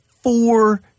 four